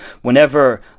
Whenever